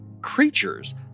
creatures